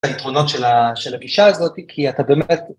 ‫את היתרונות של הגישה הזאת, ‫כי אתה באמת...